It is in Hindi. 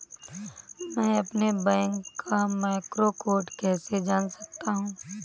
मैं अपने बैंक का मैक्रो कोड कैसे जान सकता हूँ?